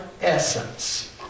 essence